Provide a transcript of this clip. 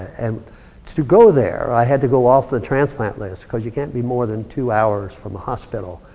and to to go there, i had to go off the transplant list cause you can't be more than two hours from the hospital,